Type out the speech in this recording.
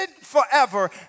forever